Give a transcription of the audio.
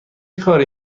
کاری